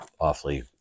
awfully